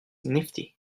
nifty